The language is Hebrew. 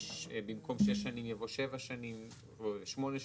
במקום שש שנים יבוא שבע שנים או שמונה שנים,